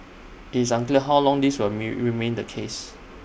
IT is unclear how long this will remain the case